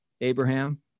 Abraham